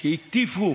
שהטיפו